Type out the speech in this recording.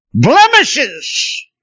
Blemishes